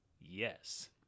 Yes